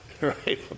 right